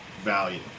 value